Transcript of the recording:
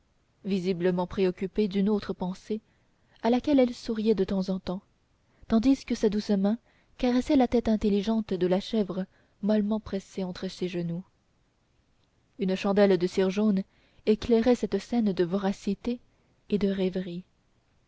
visiblement préoccupée d'une autre pensée à laquelle elle souriait de temps en temps tandis que sa douce main caressait la tête intelligente de la chèvre mollement pressée entre ses genoux une chandelle de cire jaune éclairait cette scène de voracité et de rêverie